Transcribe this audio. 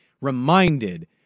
reminded